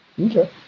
Okay